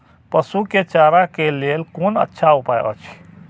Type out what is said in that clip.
पशु के चारा के लेल कोन अच्छा उपाय अछि?